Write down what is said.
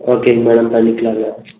ஓகேங்க மேடம் பண்ணிக்கலாம்